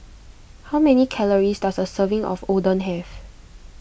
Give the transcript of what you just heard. how many calories does a serving of Oden have